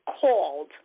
called